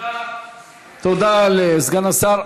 תודה לסגן השר.